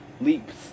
leaps